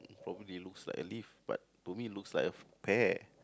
probably looks like a leaf but to me looks like a pear